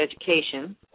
education